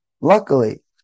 luckily